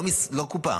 לא קופה,